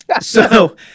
So-